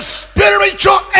spiritual